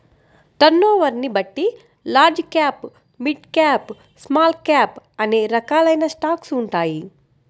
టర్నోవర్ని బట్టి large cap, mid cap, small cap అనే రకాలైన స్టాక్స్ ఉంటాయి